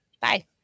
Bye